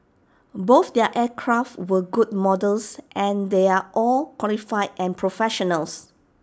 both their aircraft were good models and they're all qualified and professionals